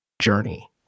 journey